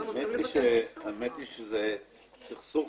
האמת היא שזה סכסוך.